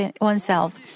oneself